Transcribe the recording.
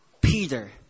Peter